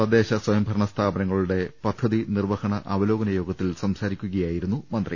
തദ്ദേശ സ്വയംഭരണ സ്ഥാപനങ്ങളുടെ പദ്ധതി നിർവ്വഹണ അവ ലോകന യോഗത്തിൽ സംസാരിക്കുകയായിരുന്നു മന്ത്രി